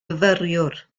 fyfyriwr